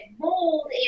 mold